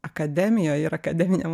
akademijoj ir akademiniam